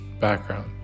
background